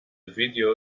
video